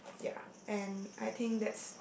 ya and I think that's